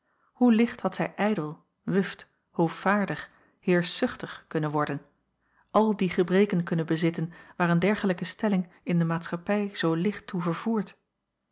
hoe licht had zij ijdel wuft hoovaardig heerschzuchtig kunnen worden al die gebreken kunnen bezitten waar een dergelijke stelling in de maatschappij zoo licht toe vervoert